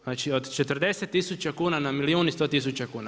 Znači od 40 tisuća kuna na milijun i 100 tisuća kuna.